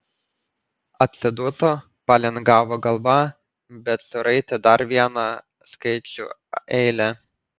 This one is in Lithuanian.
atsiduso palingavo galvą bet suraitė dar vieną skaičių eilę